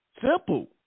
Simple